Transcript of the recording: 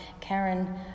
Karen